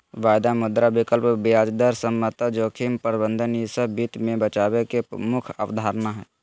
वायदा, मुद्रा विकल्प, ब्याज दर समता, जोखिम प्रबंधन ई सब वित्त मे बचाव के मुख्य अवधारणा हय